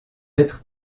être